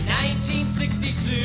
1962